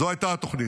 זו הייתה התוכנית.